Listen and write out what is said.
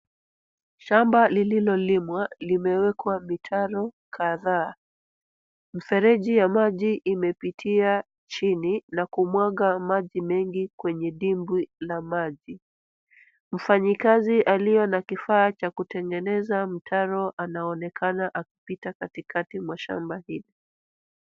Shamba lililolimwa limewekwa mitaro kadhaa. Mifereji ya maji imepitia chini na kumwaga maji mengi kwenye dimbwi la maji. Mfanyikazi aliye na kifaa cha kutengeneza mtaro anaonekana akipita katikati mwa shamba hili.